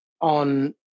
on